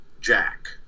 Jack